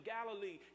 Galilee